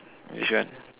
which one